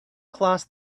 class